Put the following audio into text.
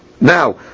Now